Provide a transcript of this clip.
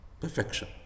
perfection